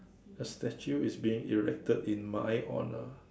a statue is being erected in my honour